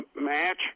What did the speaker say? match